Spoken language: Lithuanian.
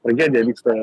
tragedija vyksta